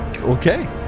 Okay